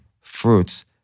fruits